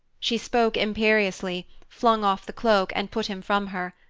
she spoke imperiously, flung off the cloak, and put him from her.